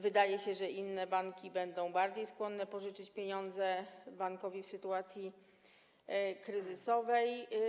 Wydaję się, że inne banki będą bardziej skłonne pożyczyć pieniądze bankowi w sytuacji kryzysowej.